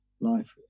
life